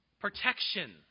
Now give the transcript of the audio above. protection